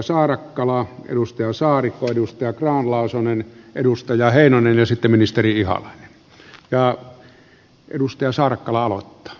edustajat saarakkala saarikko grahn laasonen heinonen ja sitten ministeri ihalainen